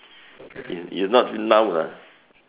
is is not now lah